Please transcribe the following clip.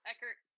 Eckert